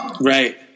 Right